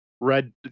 red